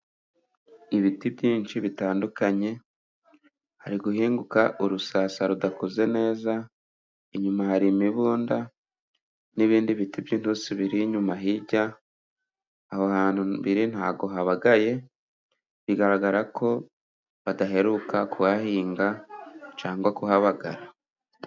Ibiti byinshi bitandukanye, hari guhinguka urusasa rudakuze neza, inyuma hari imibunda n'ibindi biti by'inturusu biri inyuma hirya, aho hantu biri ntago habagaye, bigaragara ko badaheruka kuhahinga cyangwa kuhabagara.